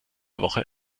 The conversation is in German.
woche